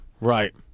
Right